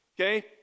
Okay